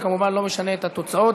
זה כמובן לא משנה את התוצאות.